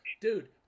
dude